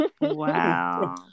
wow